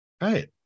Right